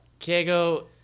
Kiego